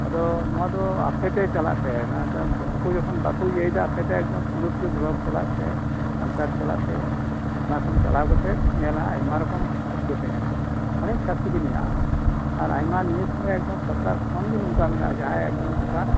ᱟᱫᱚ ᱱᱚᱣᱟ ᱫᱚ ᱟᱯᱮ ᱛᱮ ᱪᱟᱞᱟᱜ ᱯᱮ ᱱᱚᱣᱟ ᱫᱚ ᱩᱱᱠᱩ ᱡᱚᱠᱷᱚᱱ ᱵᱟᱠᱚ ᱤᱭᱟᱹᱭ ᱫᱟ ᱟᱯᱮ ᱯᱩᱨᱟᱹᱼᱯᱩᱨᱤ ᱵᱞᱚᱠ ᱪᱟᱞᱟᱜ ᱯᱮ ᱧᱮᱞᱟᱢ ᱟᱭᱢᱟ ᱨᱚᱠᱚᱢ ᱥᱟᱵᱥᱤᱰᱤ ᱯᱮ ᱧᱟᱢᱟ ᱚᱱᱮᱠ ᱥᱟᱵᱥᱤᱰᱤ ᱢᱚᱱᱟᱜᱼᱟ ᱟᱭᱢᱟ ᱥᱚᱨᱠᱟᱨ ᱠᱷᱚᱱ ᱜᱮ ᱱᱚᱝᱠᱟ ᱢᱚᱱᱟᱜᱼᱟ ᱡᱟᱦᱟᱸᱭᱟᱜ ᱮᱠᱫᱚᱢ ᱱᱚᱝᱠᱟ